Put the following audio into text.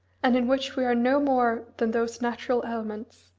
and in which we are no more than those natural elements,